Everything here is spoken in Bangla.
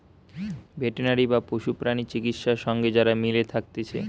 ভেটেনারি বা পশু প্রাণী চিকিৎসা সঙ্গে যারা মিলে থাকতিছে